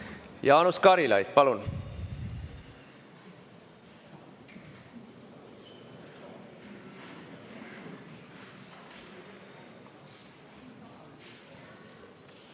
Jaanus Karilaid, palun!